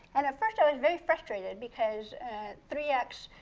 and at first i was very frustrated because three x